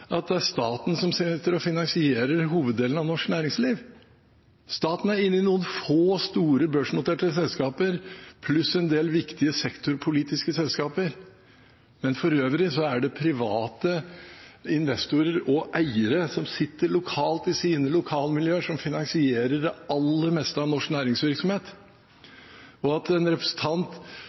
at det er staten som sitter og finansierer hoveddelen av norsk næringsliv. Staten er inne i noen få store, børsnoterte selskaper pluss i en del viktige sektorpolitiske selskaper. For øvrig er det private investorer og eiere som sitter lokalt i sine lokalmiljøer, som finansierer det aller meste av norsk næringsvirksomhet. At en representant